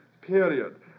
period